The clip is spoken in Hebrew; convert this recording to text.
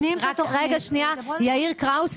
יאיר קראוס,